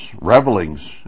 revelings